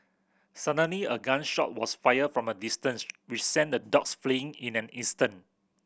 suddenly a gun shot was fired from a distance which sent the dogs fleeing in an instant